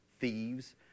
thieves